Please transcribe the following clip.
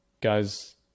guys